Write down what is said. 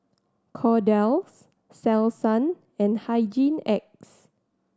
Kordel's Selsun and Hygin X